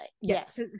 yes